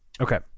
Okay